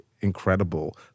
incredible